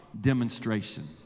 Demonstration